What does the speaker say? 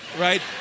Right